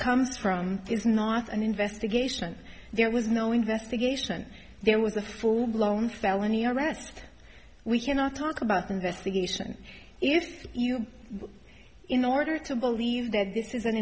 comes from is not an investigation there was no investigation there was a full blown felony arrest we cannot talk about the investigation if you in order to believe that this is an